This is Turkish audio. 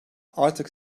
artık